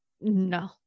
No